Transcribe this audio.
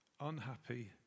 unhappy